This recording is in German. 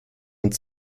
und